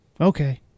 okay